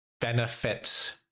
benefit